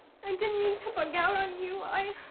didn't mean to bug out on you oh,